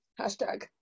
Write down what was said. hashtag